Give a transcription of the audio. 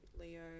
Leo